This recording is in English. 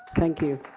thank you.